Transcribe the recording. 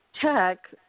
tech